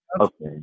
okay